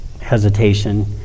hesitation